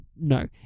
no